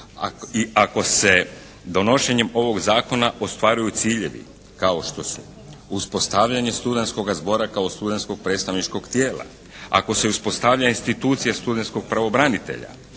ako se donošenjem ovog zakona ostvaruju ciljevi kao što su uspostavljanje studentskoga zbora kao studentskog predstavničkog tijela, ako se uspostavlja institucija studentskog pravobranitelja,